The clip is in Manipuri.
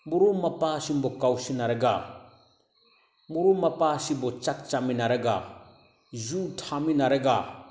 ꯃꯔꯨꯞ ꯃꯄꯥꯡꯁꯤꯡꯕꯨ ꯀꯧꯁꯤꯟꯅꯔꯒ ꯃꯔꯨꯞ ꯃꯄꯥꯡꯁꯤꯡꯕꯨ ꯆꯥꯛ ꯆꯥꯃꯤꯟꯅꯔꯒ ꯌꯨ ꯊꯛꯃꯤꯟꯅꯔꯒ